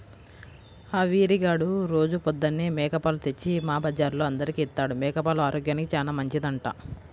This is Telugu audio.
ఆ వీరిగాడు రోజూ పొద్దన్నే మేక పాలు తెచ్చి మా బజార్లో అందరికీ ఇత్తాడు, మేక పాలు ఆరోగ్యానికి చానా మంచిదంట